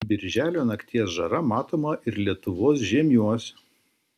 birželio nakties žara matoma ir lietuvos žiemiuos